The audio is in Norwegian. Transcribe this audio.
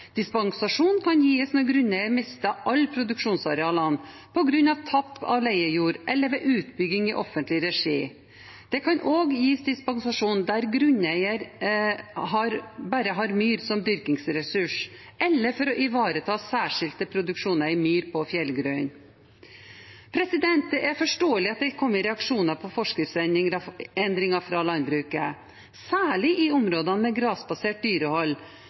Dispensasjon kan gis når grunneier mister andre produksjonsarealer på grunn av tap av leiejord eller ved utbygging i offentlig regi. Det kan også gis dispensasjon der grunneier bare har myr som dyrkingsressurs, eller for å ivareta særskilte produksjoner i myr på fjellgrunn. Det er forståelig at det er kommet reaksjoner på forskriftsendringen fra landbruket. Særlig i områder med grasbasert dyrehold